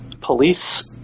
police